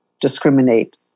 discriminate